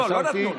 לא, לא נתנו לי.